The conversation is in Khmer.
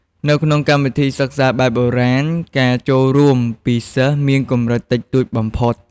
នៅក្នុងកម្មវិធីសិក្សាបែបបុរាណ ការចូលរួមពីសិស្សមានកម្រិតតិចតួចបំផុត។